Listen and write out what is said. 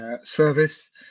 Service